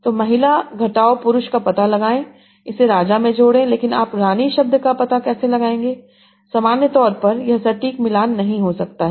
तो महिला घटाओ पुरुष का पता लगाएं इसे राजा में जोड़ें लेकिन आप रानी शब्द का कैसे पता लगा सकते हैं सामान्य तौर पर यह सटीक मिलान नहीं हो सकता है